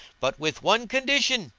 but with one condition!